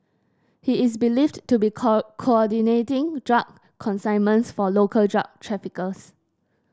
he is believed to be co coordinating drug consignments for local drug traffickers